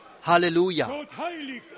Hallelujah